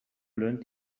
learned